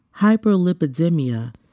hyperlipidemia